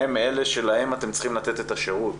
הם אלה שלהם אתם צריכים לתת שירות,